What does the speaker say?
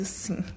sim